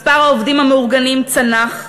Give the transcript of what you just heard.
מספר העובדים המאורגנים צנח,